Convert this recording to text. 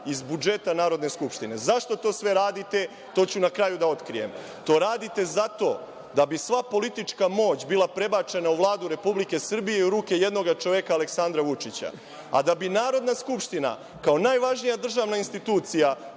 iz budžeta Narodne skupštine.Zašto sve to radite, to ću da otkrijem. To radite da bi sva politička moć bila prebačena u Vladu Republike Srbije i u ruke jednog čoveka Aleksandra Vučića, a da bi Narodna skupština kao najvažnija državna institucija